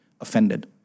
offended